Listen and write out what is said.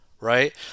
Right